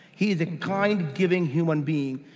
he is a kind, giving human being.